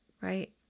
Right